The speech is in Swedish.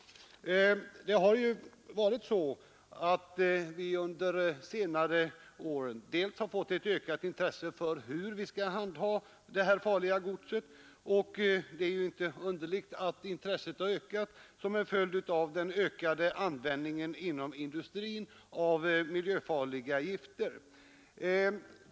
Under senare år har intresset ökat för hur man skall handha det här farliga godset och det är inte underligt Det är en följd av den ökade användningen inom industrin av miljöfarliga gifter.